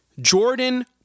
Jordan